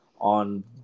on